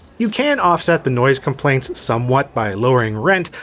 you can offset the noise complaints somewhat by lowering rent,